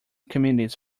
communities